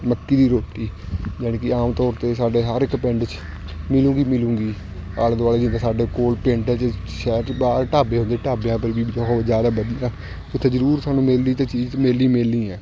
ਮੱਕੀ ਦੀ ਰੋਟੀ ਜਾਣੀ ਕਿ ਆਮ ਤੌਰ 'ਤੇ ਸਾਡੇ ਹਰ ਇੱਕ ਪਿੰਡ 'ਚ ਮਿਲੇਗੀ ਮਿਲੇਗੀ ਆਲੇ ਦੁਆਲੇ ਜਿੱਦਾਂ ਸਾਡੇ ਕੋਲ ਪਿੰਡ 'ਚ ਸ਼ਹਿਰ 'ਚ ਬਾਹਰ ਢਾਬੇ ਹੁੰਦੇ ਢਾਬਿਆਂ ਪਰ ਵੀ ਬਹੁਤ ਜ਼ਿਆਦਾ ਵਧੀਆ ਉੱਥੇ ਜ਼ਰੂਰ ਸਾਨੂੰ ਮਿਲਦੀ ਅਤੇ ਚੀਜ਼ ਮਿਲਣੀ ਮਿਲਣੀ ਹੈ